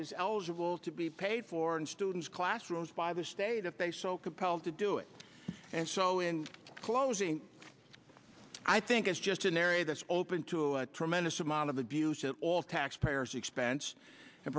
is eligible to be paid for in students classrooms by the state if they so compelled to do it and so in closing i think it's just an area that's open to a tremendous amount of abuse at all taxpayers expense and